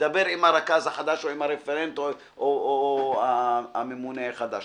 תדבר עם הרכז החדש או עם הרפרנט או הממונה החדש".